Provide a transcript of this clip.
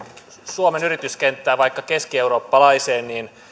suomen yrityskenttää vaikka keskieurooppalaiseen niin